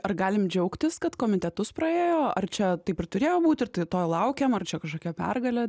ar galim džiaugtis kad komitetus praėjo ar čia taip ir turėjo būti ir to laukiam ar čia kažkokia pergalė